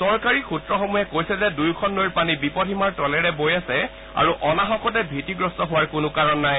চৰকাৰী সুত্ৰসমূহে কৈছে যে দুয়োখন নৈৰ পানী বিপদসীমাৰ তলেৰে বৈ আছে আৰু অনাহকতে ভীতিগ্ৰস্ত হোৱাৰ কোনো কাৰণ নাই